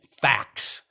facts